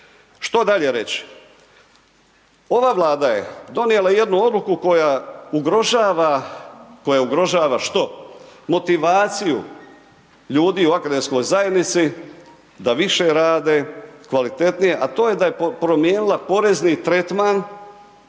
Što dalje reći? Ova Vlada je donijela jednu odluku koja ugrožava, što? Motivaciju ljudi u akademskoj zajednici da više rade, kvalitetnije a to je da je promijenila porezni tretman